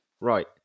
Right